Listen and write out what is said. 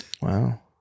Wow